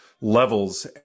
levels